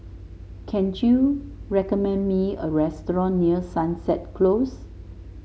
can you recommend me a restaurant near Sunset Close